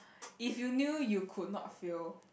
if you knew you could not fail